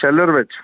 sheller ਵਿੱਚ